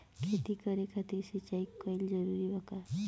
खेती करे खातिर सिंचाई कइल जरूरी बा का?